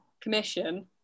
commission